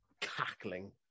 cackling